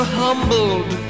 humbled